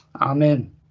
amen